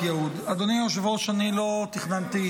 אדוני היושב-ראש, אני לא תכננתי